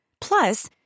Plus